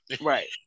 right